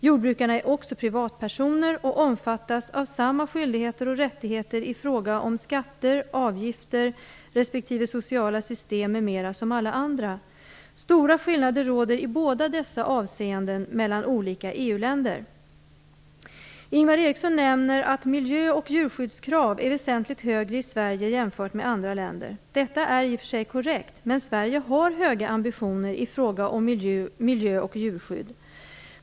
Jordbrukarna är också privatpersoner, och de omfattas av samma skyldigheter och rättigheter i fråga om skatter och avgifter respektive sociala system m.m. som alla andra. Stora skillnader finns i båda dessa avseenden mellan olika EU-länder. Ingvar Eriksson nämner att miljö och djurskyddskrav är väsentligt högre i Sverige än i andra länder. Detta är i och för sig korrekt, men Sverige har höga ambitioner i fråga om miljö och djurskydd.